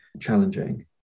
challenging